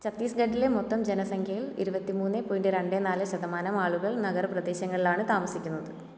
ഛത്തീസ്ഗഢിലെ മൊത്തം ജനസംഖ്യയിൽ ഇരുപത്തിമൂന്ന് പോയിൻറ് രണ്ട് നാല് ശതമാനം ആളുകൾ നഗരപ്രദേശങ്ങളിലാണ് താമസിക്കുന്നത്